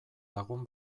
lagun